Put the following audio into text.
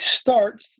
starts